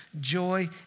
joy